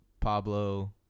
Pablo